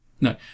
No